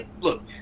look